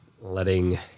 letting